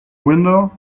window